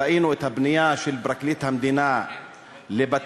ראינו את הפנייה של פרקליט המדינה לבתי-המשפט